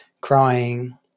crying